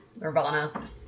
Nirvana